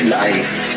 life